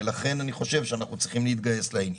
לכן אני חושב שאנחנו צריכים להתגייס לעניין.